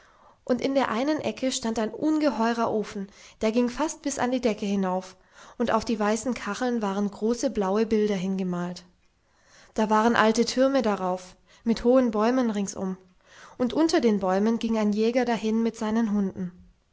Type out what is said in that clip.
und in der einen ecke stand ein ungeheurer ofen der ging fast bis an die decke hinauf und auf die weißen kacheln waren große blaue bilder hingemalt da waren alte türme darauf mit hohen bäumen ringsum und unter den bäumen ging ein jäger dahin mit seinen hunden